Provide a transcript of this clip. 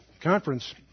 conference